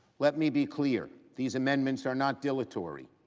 let me be clear. these amendments are not dilatory.